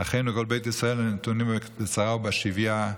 "אחינו כל בית ישראל הנתונים בצרה ובשביה,